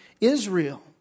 Israel